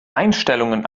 einstellungen